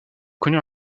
connu